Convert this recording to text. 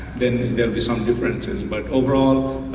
then there'd be some differences, but overall,